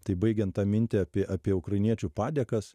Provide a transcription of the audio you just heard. tai baigiant tą mintį apie apie ukrainiečių padėkas